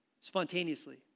spontaneously